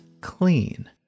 Clean